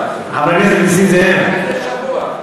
לפני שבוע,